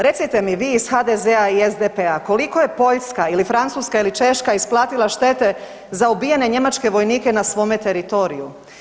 Recite mi vi iz HDZ-a i SDP-a koliko je Poljska ili Francuska ili Češka isplatila za štete za ubijene njemačke vojnike na svome teritoriju?